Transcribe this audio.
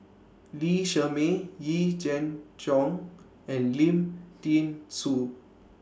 Lee Shermay Yee Jenn Jong and Lim Thean Soo